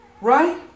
right